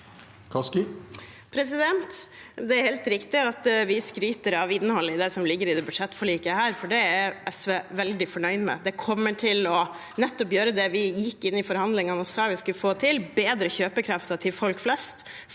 Det er helt rik- tig at vi skryter av innholdet i det som ligger i dette budsjettforliket, for det er SV veldig fornøyd med. Det kommer til å føre til nettopp det vi gikk inn i forhandlingene og sa vi skulle få til: bedre kjøpekraften til folk flest,